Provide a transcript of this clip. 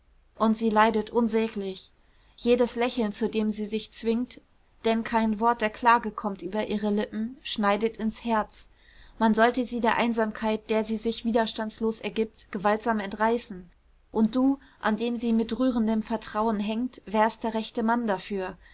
und sie leidet unsäglich jedes lächeln zu dem sie sich zwingt denn kein wort der klage kommt über ihre lippen schneidet ins herz man sollte sie der einsamkeit der sie sich widerstandslos ergibt gewaltsam entreißen und du an dem sie mit rührendem vertrauen hängt wärst der rechte mann dafür